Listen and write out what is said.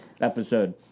episode